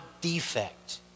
defect